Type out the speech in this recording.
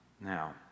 Now